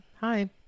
hi